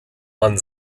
man